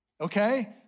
okay